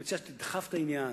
אני מציע שתדחף את העניין,